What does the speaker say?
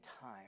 time